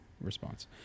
response